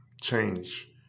change